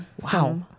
wow